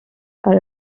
are